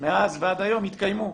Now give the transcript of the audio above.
מאז ועד היום, התקיימו.